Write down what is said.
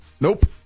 Nope